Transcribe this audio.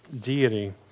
Deity